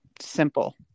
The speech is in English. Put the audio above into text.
simple